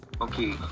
okay